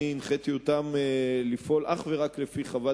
אני הנחיתי אותם לפעול אך ורק לפי חוות